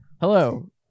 Hello